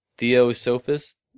Theosophist